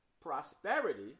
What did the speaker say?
prosperity